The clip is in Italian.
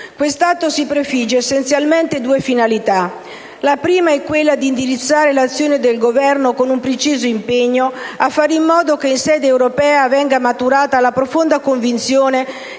Questo atto si prefigge essenzialmente due finalità. La prima è quella di indirizzare l'azione del Governo, con un preciso impegno a fare in modo che in sede europea venga maturata la profonda convinzione